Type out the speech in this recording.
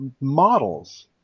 models